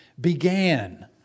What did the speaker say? began